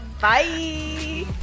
bye